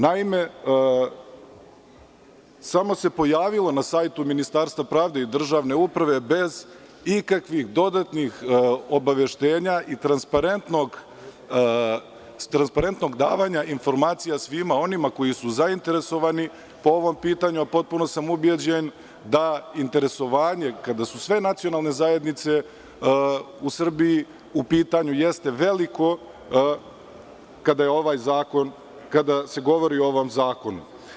Naime, samo se pojavilo na sajtu Ministarstva pravde i državne uprave, bez ikakvih dodatnih obaveštenja i transparentnog davanja informacija svima onima koji su zainteresovani po ovom pitanju, a potpuno sam ubeđen da interesovanje, kada su sve nacionalne zajednice u Srbiji u pitanju, jeste veliko kada se govori o ovom zakonu.